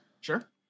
Sure